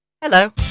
Hello